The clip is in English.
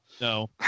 No